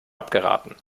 abgeraten